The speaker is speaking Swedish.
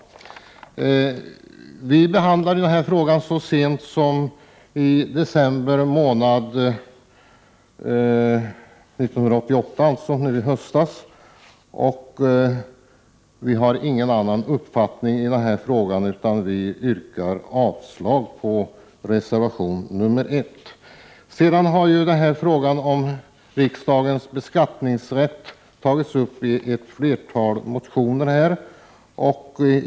Frågan behandlades så sent som i december 1988, och utskottet har i dag ingen annan uppfattning utan yrkar avslag på reservation nr 1. Sedan har frågan om riksdagens beskattningsrätt tagits upp i ett flertal motioner.